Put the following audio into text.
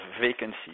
vacancy